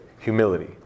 Humility